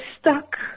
stuck